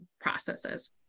processes